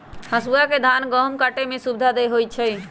हसुआ से धान गहुम काटे में सुविधा होई छै